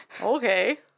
Okay